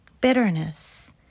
bitterness